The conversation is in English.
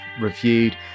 reviewed